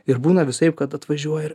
ir būna visaip kad atvažiuoja ir